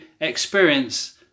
experience